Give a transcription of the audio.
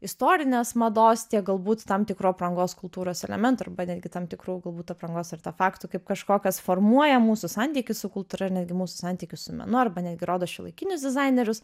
istorinės mados tiek galbūt tam tikrų aprangos kultūros elementų arba netgi tam tikrų galbūt aprangos artefaktų kaip kažko kas formuoja mūsų santykį su kultūra ir netgi mūsų santykius su menu arba netgi rodo šiuolaikinius dizainerius